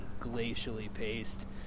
glacially-paced